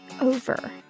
over